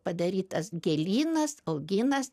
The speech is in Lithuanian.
padarytas gėlynas augynas